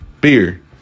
Beer